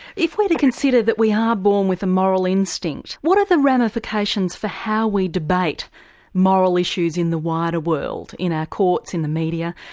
if we're to consider that we are born with a moral instinct, what are the ramifications for how we debate moral issues in the wider world? in our courts, in the media,